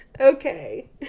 okay